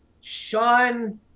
Sean